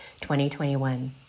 2021